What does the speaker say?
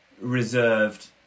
reserved